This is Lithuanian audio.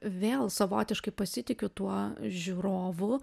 vėl savotiškai pasitikiu tuo žiūrovu